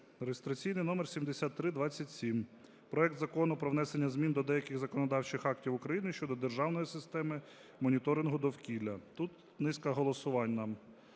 реєстраційний номер 7327: проект Закону про внесення змін до деяких законодавчих актів України щодо державної системи моніторингу довкілля. Тут низку голосувань нам